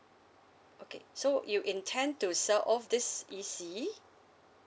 okay so you intend to sell off this E_C